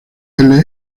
elle